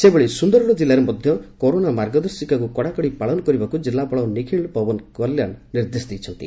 ସେହିଭଳି ସୁନ୍ଦରଗଡ଼ ଜିଲ୍ଲାରେ ମଧ କରୋନା ମାର୍ଗଦର୍ଶିକାକୁ କଡାକଡି ଭାବେ ପାଳନ କରିବାକୁ ଜିଲ୍ଲାପାଳ ନିଖ୍ଳ ପବନ କଲ୍ୟାଶ ନିର୍ଦ୍ଦେଶ ଦେଇଛନ୍ତି